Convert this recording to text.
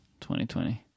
2020